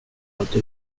alltid